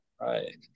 Right